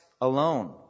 alone